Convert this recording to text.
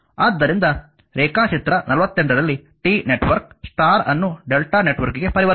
ಆದ್ದರಿಂದ ರೇಖಾಚಿತ್ರ 48 ರಲ್ಲಿ T ನೆಟ್ವರ್ಕ್ ಸ್ಟಾರ್ ಅನ್ನು Δ ನೆಟ್ವರ್ಕ್ಗೆ ಪರಿವರ್ತಿಸಿ